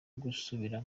gusubira